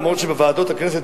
גם אם בוועדות הכנסת,